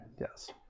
yes